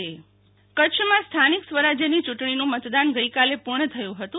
શીતલ વૈશ્વવ મત ગણતરી કચ્છમાં સ્થાનિક સ્વરાજ્યની ચૂંટણીનું મતદાન ગઈકાલે પૂર્ણ થયું હતું